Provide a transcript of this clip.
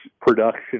production